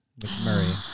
McMurray